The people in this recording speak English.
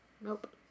Nope